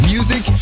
Music